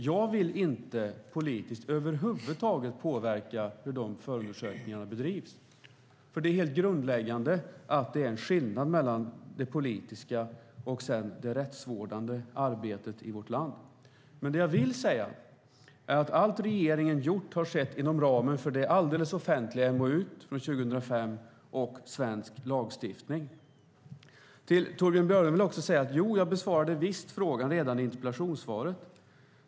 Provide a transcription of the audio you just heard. Jag vill över huvud taget inte politiskt påverka hur dessa förundersökningar bedrivs, för det är en grundläggande skillnad mellan det politiska och det rättsvårdande arbetet i vårt land. Men vad jag vill säga är att allt regeringen gjort har skett inom ramen för det alldeles offentliga MoU:et från 2005 och svensk lagstiftning. Till Torbjörn Björlund vill jag säga: Jo, jag besvarade visst frågan redan i interpellationssvaret.